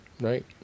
Right